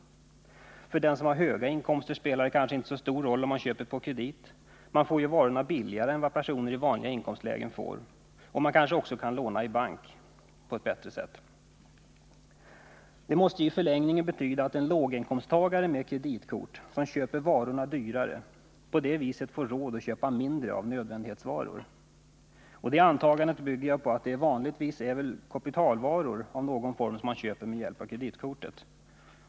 För dem som har höga inkomster spelar det kanske inte så stor roll om de köper på kredit. De får ju varorna billigare än vad personer i vanliga inkomstlägen får. De kanske också kan låna i bank på ett bättre sätt. Detta måste i förlängningen betyda att en låginkomsttagare med kreditkort, som köper varorna dyrare, på det viset får råd att köpa mindre av nödvändighetsvaror. Det antagandet bygger jag på att det vanligtvis väl är någon form av kapitalvaror man köper med hjälp av kreditkortet.